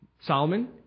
solomon